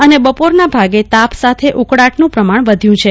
અને બપોરના ભાગે તાપ સાથે ઉકળાટ નું પ્રમાણ વધ્યું છે